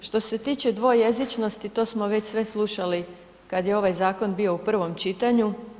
Što se tiče dvojezičnosti, to smo već sve slušali kad je ovaj zakon bio u provom čitanju.